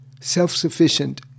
self-sufficient